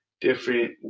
different